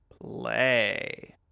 play